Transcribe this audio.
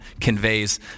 conveys